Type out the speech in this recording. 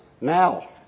now